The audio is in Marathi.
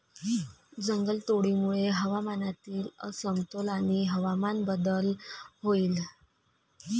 जंगलतोडीमुळे हवामानातील असमतोल आणि हवामान बदल होईल